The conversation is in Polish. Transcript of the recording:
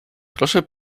proszę